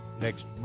next